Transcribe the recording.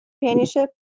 companionship